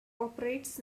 operates